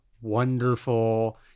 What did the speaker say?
wonderful